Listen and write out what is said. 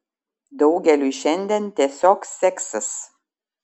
daugeliui šiandien tiesiog seksis